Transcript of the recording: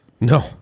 no